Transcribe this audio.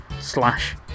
slash